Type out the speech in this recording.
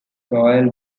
royal